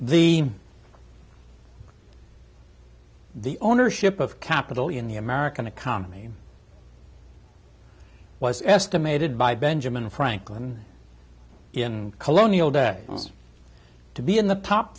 the the ownership of capital in the american economy was estimated by benjamin franklin in colonial day to be in the top